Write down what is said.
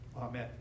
Amen